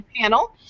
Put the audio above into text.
panel